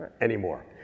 anymore